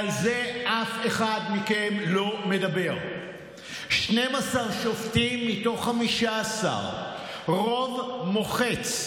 על זה אף אחד מכם לא מדבר: 12 שופטים מתוך 15 רוב מוחץ,